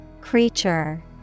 Creature